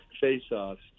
face-offs